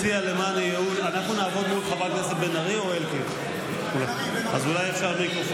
חבר הכנסת אלקין, רק שנבין, האם אדוני